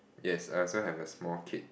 yes I also have a small kid